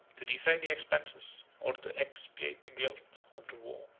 to defray the expenses, or to expiate the guilt, of the war.